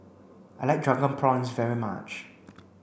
I like drunken prawns very much